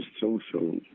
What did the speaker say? social